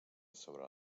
sobre